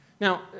Now